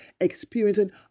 experiencing